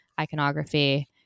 iconography